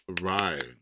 Right